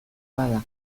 bada